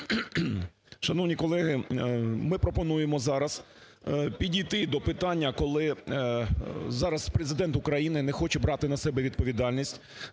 Шановні колеги, ми пропонуємо зараз підійти до питання, коли зараз Президент України не хоче брати на себе відповідальність